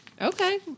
Okay